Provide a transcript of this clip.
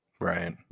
Right